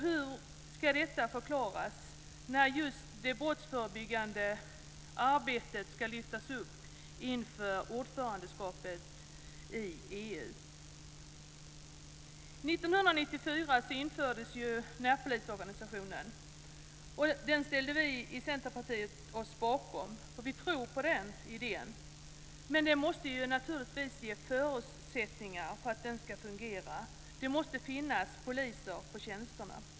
Hur ska detta förklaras när just det brottsförebyggande arbetet ska lyftas fram inför ordförandeskapet i EU? År 1994 infördes ju närpolisorganisationen. Den ställde vi i Centerpartiet oss bakom. Vi tror på den idén. Men den måste naturligtvis ges förutsättningar att fungera. Det måste finnas poliser på tjänsterna.